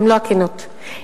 במלוא הכנות,